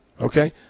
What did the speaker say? okay